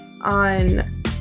on